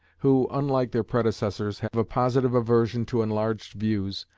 who, unlike their predecessors, have a positive aversion to enlarged views,